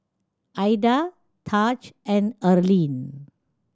Aida Tahj and Erline